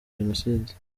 jenoside